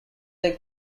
they